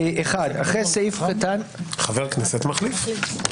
חבר כנסת מחליף.